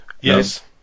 yes